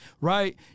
Right